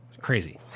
crazy